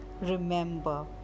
Remember